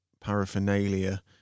paraphernalia